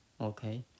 okay